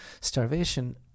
starvation